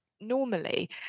normally